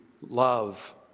love